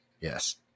Yes